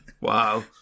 Wow